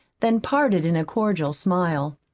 then parted in a cordial smile.